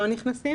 לא נכנסים.